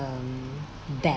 um that